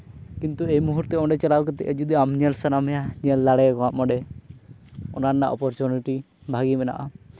ᱠᱤᱱᱛᱩ ᱮᱭ ᱢᱩᱦᱩᱨᱛᱮ ᱚᱸᱰᱮ ᱪᱟᱞᱟᱣ ᱠᱟᱛᱮᱜ ᱡᱩᱫᱤ ᱟᱢ ᱧᱮᱞ ᱥᱟᱱᱟ ᱢᱮᱭᱟ ᱧᱮᱞ ᱫᱟᱲᱮ ᱠᱚᱣᱟᱢ ᱚᱸᱰᱮ ᱚᱱᱟ ᱨᱮᱱᱟᱜ ᱚᱯᱚᱨᱪᱩᱱᱤᱴᱤ ᱵᱷᱟᱜᱮ ᱢᱮᱱᱟᱜᱼᱟ